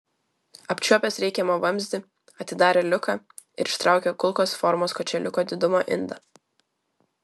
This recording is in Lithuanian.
apčiuopęs reikiamą vamzdį atidarė liuką ir ištraukė kulkos formos kočėliuko didumo indą